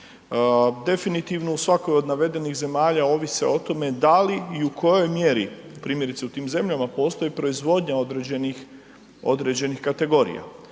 Definitivno, u svakoj od navedenih zemalja ovise o tome da li i u kojoj mjeri primjerice u tim zemljama postoji proizvodnja određenih kategorija.